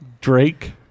Drake